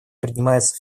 принимаются